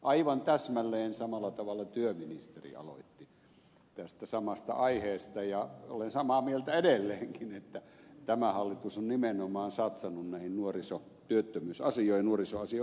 aivan täsmälleen samalla tavalla työministeri aloitti tästä samasta aiheesta ja olen samaa mieltä edelleenkin että tämä hallitus on nimenomaan satsannut näihin nuorisotyöttömyysasioihin ja nuorisoasioihin yleensäkin